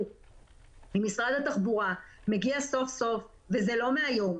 משרד התחבורה מגיע סוף-סוף וזה לא מהיום,